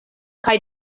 kaj